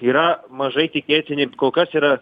yra mažai tikėtini kol kas yra